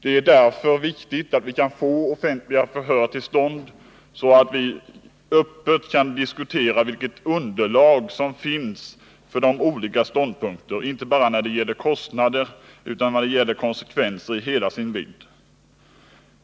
Det är därför viktigt att vi kan få till stånd offentliga förhör, så att det öppet kan diskuteras vilket underlag som finns för de olika ståndpunkterna, inte bara när det gäller kostnader utan också när det gäller kärnkraftens konsekvenser i hela deras vidd.